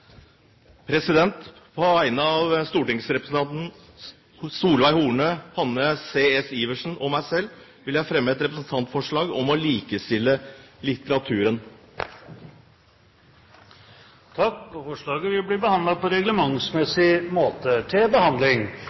På vegne av stortingsrepresentantene Solveig Horne, Hanne C.S. Iversen og meg selv vil jeg fremme representantforslag om å likestille litteraturen. Representantforslaget vil bli behandlet på reglementsmessig måte.